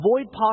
Avoid